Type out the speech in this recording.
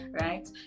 right